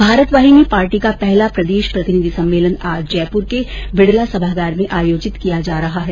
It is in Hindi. भारत वाहिनी पार्टी का पहला प्रदेश प्रतिनिधि सम्मेलन आज जयपुर के बिड़ला सभागार में आयोजित किया जा रहा है